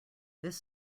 this